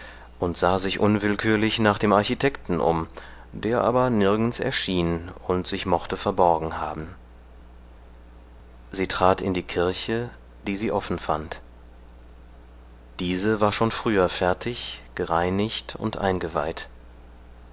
und sah sich unwillkürlich nach dem architekten um der aber nirgends erschien und sich mochte verborgen haben sie trat in die kirche die sie offen fand diese war schon früher fertig gereinigt und eingeweiht